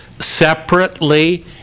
separately